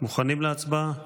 מוכנים להצבעה?